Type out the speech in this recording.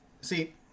see